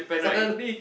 suddenly